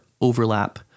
overlap